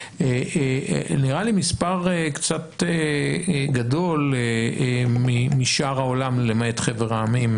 נראה לי מספר קצת גדול משאר העולם למעט חבר העמים,